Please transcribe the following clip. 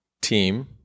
team